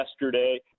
yesterday